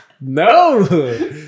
No